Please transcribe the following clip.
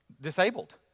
disabled